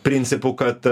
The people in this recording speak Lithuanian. principu kad